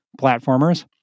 platformers